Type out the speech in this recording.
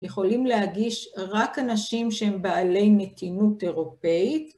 ‫יכולים להגיש רק אנשים ‫שהם בעלי מתינות אירופאית.